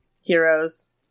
heroes